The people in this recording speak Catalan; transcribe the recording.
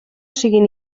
siguin